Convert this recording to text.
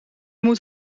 moet